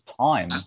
time